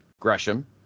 Gresham